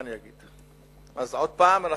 מה אני אגיד, אז עוד פעם,